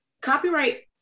copyright